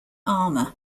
armor